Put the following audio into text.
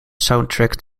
soundtrack